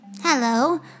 Hello